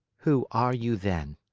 who are you, then?